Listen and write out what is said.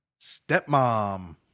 Stepmom